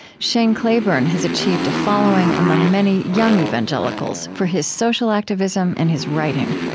shane claiborne has achieved a following among many young evangelicals for his social activism and his writing.